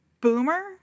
Boomer